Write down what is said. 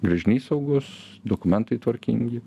gręžinys saugus dokumentai tvarkingi